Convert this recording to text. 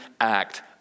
act